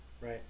right